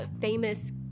famous